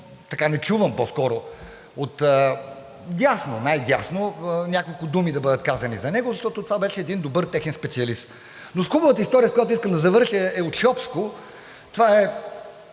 защо, не чувам по-скоро от дясно, най-дясно, няколко думи да бъдат казани за него, защото това беше един добър техен специалист. Но хубавата история, с която искам да завърша, е от шопско. Това е